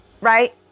right